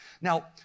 Now